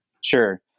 Sure